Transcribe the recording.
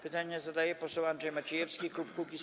Pytanie zadaje poseł Andrzej Maciejewski, klub Kukiz’15.